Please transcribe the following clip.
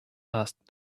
asked